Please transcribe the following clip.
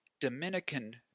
Dominican